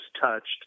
touched